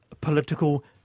political